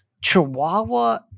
chihuahua